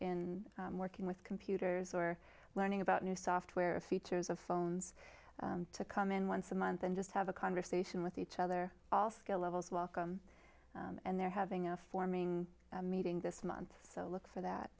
in working with computers or learning about new software features of phones to come in once a month and just have a conversation with each other all skill levels welcome and they're having a forming meeting this month so look for that